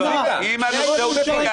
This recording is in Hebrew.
------ ששש.